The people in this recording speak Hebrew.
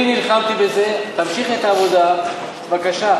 אני נלחמתי בזה, תמשיך את העבודה, בבקשה.